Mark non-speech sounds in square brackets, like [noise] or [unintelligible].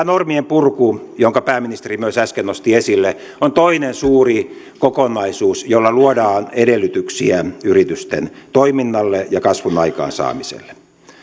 [unintelligible] normien purku jonka pääministeri myös äsken nosti esille on toinen suuri kokonaisuus jolla luodaan edellytyksiä yritysten toiminnalle ja kasvun aikaansaamiselle